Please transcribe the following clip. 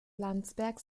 landsberg